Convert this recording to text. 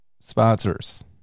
sponsors